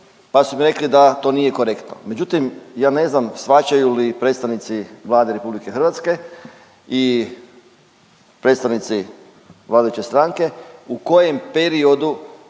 pa su mi rekli da to nije korektno. Međutim ja ne znam shvaćaju li predstavnici Vlade RH i predstavnici vladajuće stranke, u kojem periodu